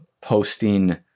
posting